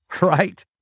Right